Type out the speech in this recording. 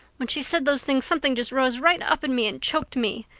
when she said those things something just rose right up in me and choked me.